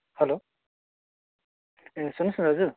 hello ए सुन्नुहोस् न दाजु